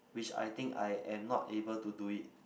which I think I am not able to do it